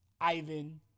Ivan